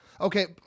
Okay